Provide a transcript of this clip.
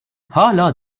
hala